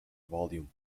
volume